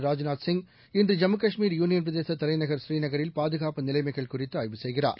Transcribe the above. ராஜ்நாத் இன்று ஜம்முகாஷ்மீர் யூளியன் பிரதேசதலைநகர் புரீநகரில் பாதுகாப்பு நிலைமைகள் குறித்துஆய்வு செய்கிறார்